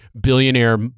billionaire